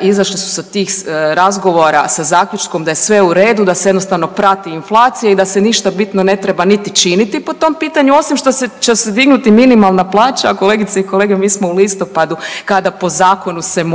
Izašli su sa tih razgovora sa zaključkom da je sve u redu, da se jednostavno prati inflacija i da se ništa bitno ne treba niti činiti po tom pitanju, osim što će se dignuti minimalna plaća. Kolegice i kolege, mi smo u listopadu kada po zakonu se mora